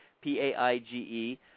P-A-I-G-E